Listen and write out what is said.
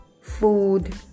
food